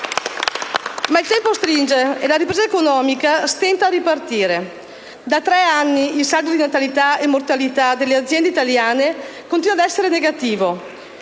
Ma il tempo stringe e la ripresa economica stenta a ripartire. Da tre anni il saldo tra natalità e mortalità delle aziende italiane continua ad essere negativo.